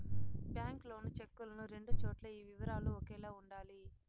bank loan చెక్కులను రెండు చోట్ల ఈ వివరాలు ఒకేలా ఉండాలి